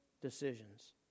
decisions